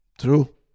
True